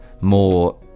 more